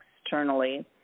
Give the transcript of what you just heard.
externally